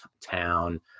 town